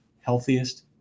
healthiest